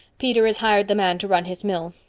peter has hired the man to run his mill.